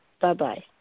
Bye-bye